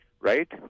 right